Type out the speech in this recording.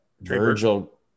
Virgil